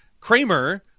Kramer